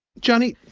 johnny,